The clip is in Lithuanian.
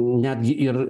netgi ir